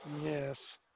Yes